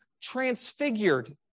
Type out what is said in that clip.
transfigured